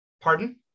Pardon